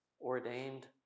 ordained